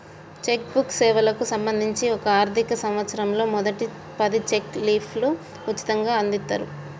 check book సేవలకు సంబంధించి ఒక ఆర్థిక సంవత్సరంలో మొదటి పది చెక్ లీఫ్లు ఉచితంగ అందిత్తరు